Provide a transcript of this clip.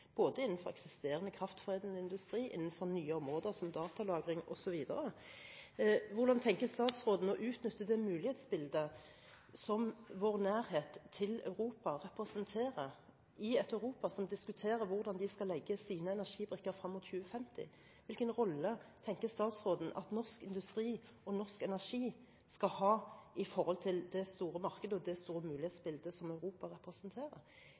både innenfor eksisterende kraftforedlende industri og nye områder som datalagring osv. Hvordan tenker statsråden å utnytte det mulighetsbildet som vår nærhet til Europa representerer, i et Europa som diskuterer hvordan de skal legge sine energibrikker frem mot 2050? Hvilken rolle tenker statsråden at norsk industri og norsk energi skal ha med hensyn til det store markedet og det store mulighetsbildet som Europa representerer?